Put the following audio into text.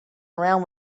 around